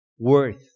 worth